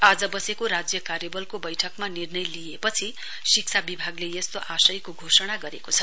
आज बसेको राज्य कार्यवलको वैठकमा निर्णय लिइएपछि शिक्षा विभागले यस्तो आशयको घोषणा गरेको छ